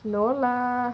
no lah